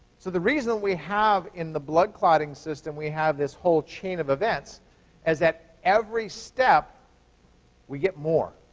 so the reason we have, in the blood clotting system, we have this whole chain of events is that every step we get more.